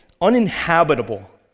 uninhabitable